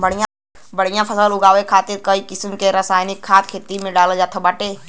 बढ़िया फसल उगावे खातिर कई किसिम क रासायनिक खाद खेते में डालल जात बाटे